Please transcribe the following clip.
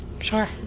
Sure